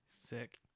Sick